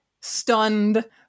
stunned